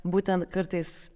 būtent kartais